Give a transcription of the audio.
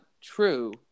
true